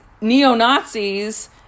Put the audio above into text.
neo-nazis